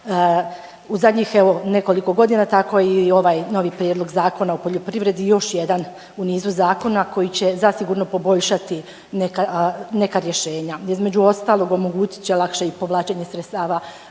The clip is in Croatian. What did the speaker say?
U zadnjih evo nekoliko godina tako je i ovaj novi Prijedlog Zakona o poljoprivredi još jedan u nizu zakona koji će zasigurno poboljšati neka, neka rješenja. Između ostalo, omogućit će lakše i povlačenje sredstava